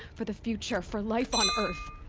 for the future, for life on earth!